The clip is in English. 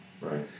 Right